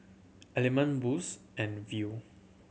Element Boost and Viu